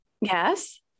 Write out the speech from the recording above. Yes